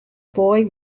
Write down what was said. boy